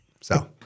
So-